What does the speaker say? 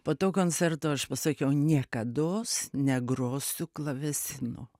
po to koncerto aš pasakiau niekados negrosiu klavesinu